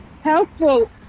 helpful